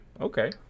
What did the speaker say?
okay